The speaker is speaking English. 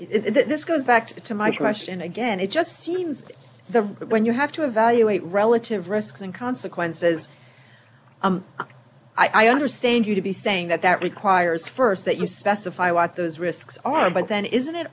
against it this goes back to my question again it just seems the but when you have to evaluate relative risks and consequences i understand you to be saying that that requires st that you specify what those risks are but then isn't it